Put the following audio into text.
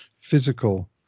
physical